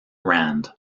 rand